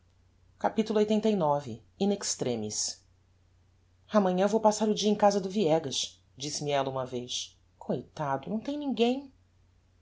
primor capitulo lxxxix in extremis amanhã vou passar o dia em casa do viegas disse-me ella uma vez coitado não tem ninguem